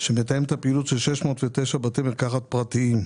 שמתאם את הפעילות של 609 בתי מרקחת פרטיים.